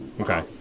Okay